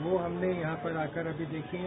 वो हमने यहां पर आकर देखी हैं